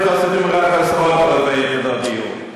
אז היו חסרות רק עשרות אלפי יחידות דיור,